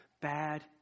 bad